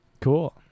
Cool